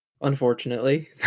Unfortunately